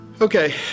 okay